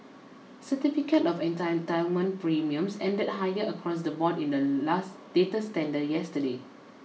certificate of entitlement premiums ended higher across the board in the latest tender yesterday